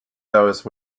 those